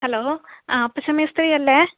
hello ആ പശ മേത്രിയല്ലേ